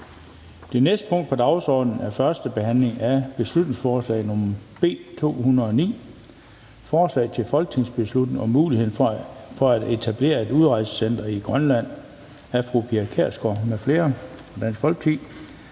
Det næste punkt på dagsordenen er: 12) 1. behandling af beslutningsforslag nr. B 209: Forslag til folketingsbeslutning om muligheden for at etablere et udrejsecenter i Grønland. Af Pia Kjærsgaard (DF) m.fl. (Fremsættelse